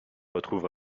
retrouve